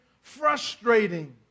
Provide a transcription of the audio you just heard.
frustrating